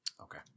Okay